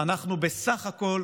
אנחנו בסך הכול